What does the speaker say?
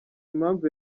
impamvu